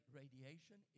radiation